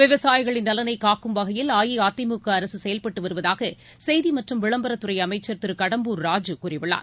விவசாயிகளின் நலனை காக்கும் வகையில் அஇஅதிமுக அரசு செயல்பட்டு வருவதாக செய்தி மற்றும் விளம்பரத்துறை அமைச்சர் திரு கடம்பூர் ராஜூ கூறியுள்ளார்